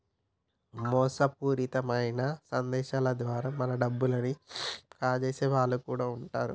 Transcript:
మోసపూరితమైన సందేశాల ద్వారా మన డబ్బుల్ని కాజేసే వాళ్ళు కూడా వుంటరు